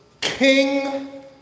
King